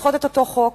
לדחות את אותו חוק.